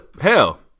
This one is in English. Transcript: Hell